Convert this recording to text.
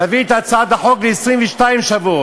תביא בהצעת החוק 22 שבועות,